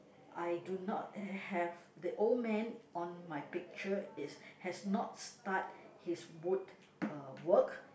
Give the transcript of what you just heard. I do not have the old man on my picture is has not start his wood uh work